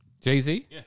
Jay-Z